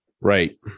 right